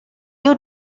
you